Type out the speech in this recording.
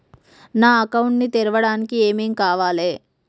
నా అకౌంట్ ని తెరవడానికి ఏం ఏం కావాలే?